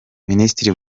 minisitiri